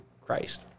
Christ